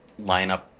lineup